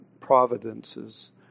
providences